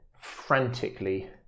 frantically